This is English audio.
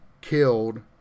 killed